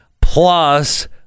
Plus